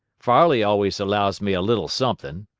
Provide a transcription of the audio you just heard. farley always allows me a little suthin'.